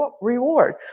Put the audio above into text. reward